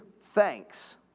thanks